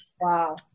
Wow